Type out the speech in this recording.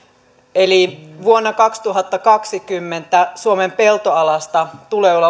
eli vuonna kaksituhattakaksikymmentä suomen peltoalasta tulee olla